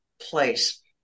place